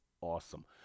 awesome